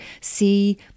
see